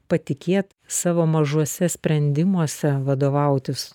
patikėt savo mažuose sprendimuose vadovautis